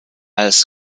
als